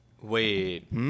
wait